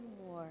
more